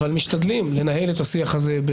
אבל משתדלים לנהל את השיח הזה,